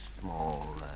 small